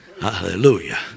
Hallelujah